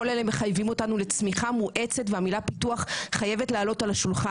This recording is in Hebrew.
כל אלה מחייבים אותנו לצמיחה מואצת והמילה פיתוח חייבת לעלות על השולחן,